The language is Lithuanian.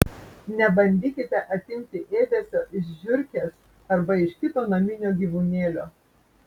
nebandykite atimti ėdesio iš žiurkės arba iš kito naminio gyvūnėlio